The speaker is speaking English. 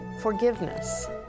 Forgiveness